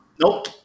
Nope